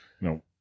no